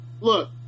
look